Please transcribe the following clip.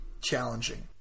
challenging